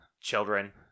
children